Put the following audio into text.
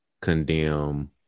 condemn